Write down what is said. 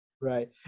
right